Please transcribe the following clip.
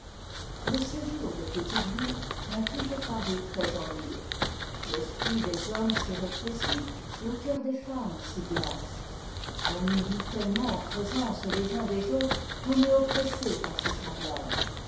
le séjour des petites villes m'a toujours paru très ennuyeux l'esprit des hommes s'y rétrécit le coeur des femmes s'y glace on y vit tellement en présence les uns des autres qu'on est oppressé par ses semblables